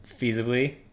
feasibly